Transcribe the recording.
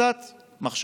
קצת מחשבה.